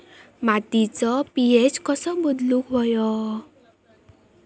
मातीचो पी.एच कसो बदलुक होयो?